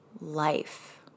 life